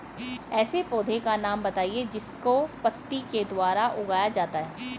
ऐसे पौधे का नाम बताइए जिसको पत्ती के द्वारा उगाया जाता है